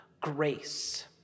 grace